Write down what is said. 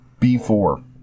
B4